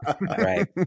Right